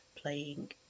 playing